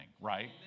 right